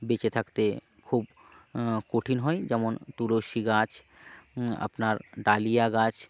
বেঁচে থাকতে খুব কঠিন হয় যেমন তুলসী গাছ আপনার ডালিয়া গাছ